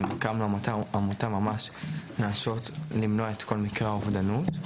הקמנו עמותה על מנת לנסות באמת למנוע את כל מקרי האובדנות.